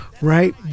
right